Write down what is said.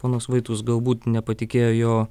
ponas vaitkus galbūt nepatikėjo jo